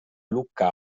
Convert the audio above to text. lucca